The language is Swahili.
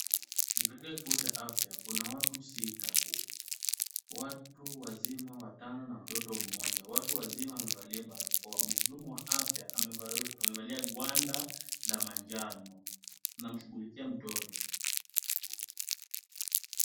Ni katika kituo cha afya kuna watu sita, watu watano wazima na mtoto mmoja. Watu wazima wamevalia barakoa. Mhudumu wa afya amevalia gwanda la manjano. Anamshughulikia mtoto.